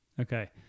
Okay